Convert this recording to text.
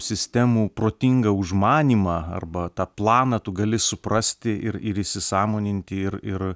sistemų protingą užmanymą arba tą planą tu gali suprasti ir ir įsisąmoninti ir ir